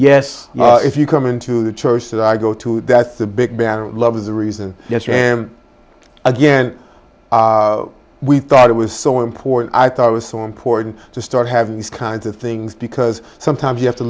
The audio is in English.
yes if you come into the church that i go to that's the big banner of love is the reason again we thought it was so important i thought it was so important to start having these kinds of things because sometimes you have to